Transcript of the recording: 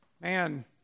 Man